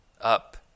up